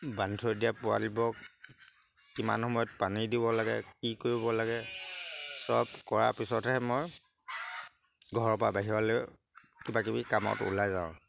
বান্ধি থৈ দিয়া পোৱালিবোৰক কিমান সময়ত পানী দিব লাগে কি কৰিব লাগে চব কৰাৰ পিছতহে মই ঘৰৰপৰা বাহিৰলৈ কিবাকিবি কামত ওলাই যাওঁ